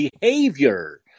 behavior